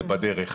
זה בדרך.